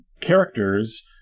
characters